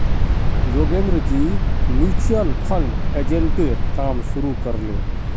योगेंद्रजी mutual fund एजेंटेर काम शुरू कर ले